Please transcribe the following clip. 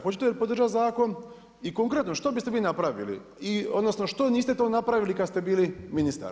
Hoćete li podržati zakon i konkretno što biste vi napravili, odnosno što niste to napravili kad ste bili ministar?